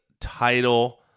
title